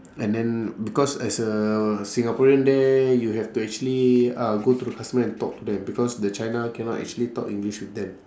and then because as a singaporean there you have to actually uh go to the customer and talk to them because the china cannot actually talk english with them